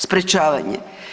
Sprečavanje.